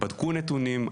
בדקו נתונים.